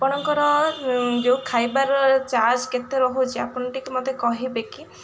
ଆପଣଙ୍କର ଯେଉଁ ଖାଇବାର ଚାର୍ଜ କେତେ ରହୁଛି ଆପଣ ଟିକେ ମତେ କହିବେ କି